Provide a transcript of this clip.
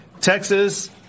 Texas